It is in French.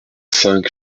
cinq